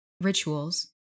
rituals